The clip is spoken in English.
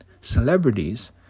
celebrities